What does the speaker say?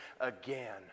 again